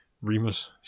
remus